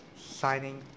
signing